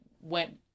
went